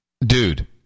Dude